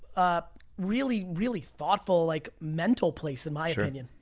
ah really, really thoughtful, like mental place, in my opinion.